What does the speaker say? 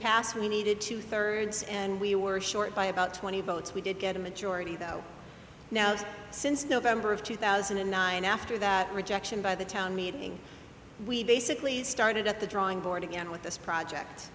pass we needed two thirds and we were short by about twenty votes we did get a majority though now since november of two thousand and nine after that rejection by the town meeting we basically started at the drawing board again with this project